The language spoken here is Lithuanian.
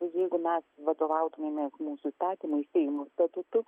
jeigu mes vadovautumėmės mūsų įstatymais seimo statutu